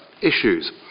issues